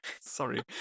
Sorry